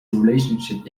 relationship